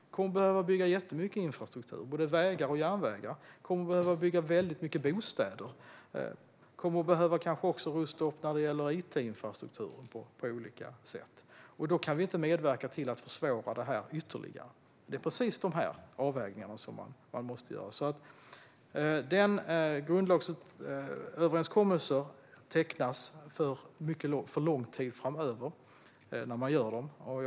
Vi kommer att behöva bygga jättemycket infrastruktur, både vägar och järnvägar. Vi kommer att behöva bygga väldigt mycket bostäder. Vi kommer kanske också att behöva rusta upp it-infrastrukturen på olika sätt. Då kan vi inte medverka till att försvåra detta ytterligare. Det är ju precis dessa avvägningar man måste göra. En grundlagsöverenskommelse tecknas för mycket lång tid framöver, och det är bara några år sedan vi gjorde detta.